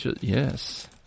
Yes